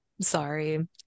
Sorry